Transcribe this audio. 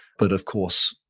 but of course,